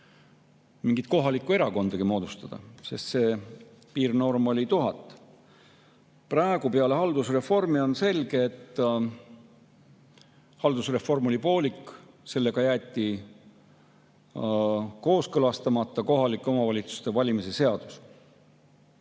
mingit kohalikku erakonda moodustada, sest see piirnorm oli 1000. Praegu, peale haldusreformi, on selge, et haldusreform oli poolik. Sellega jäeti kooskõlastamata kohaliku omavalitsuse [volikogu] valimise seadus.